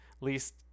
Least